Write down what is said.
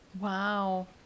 Wow